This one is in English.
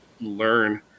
learn